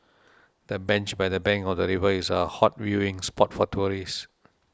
the bench by the bank of the river is a hot viewing spot for tourists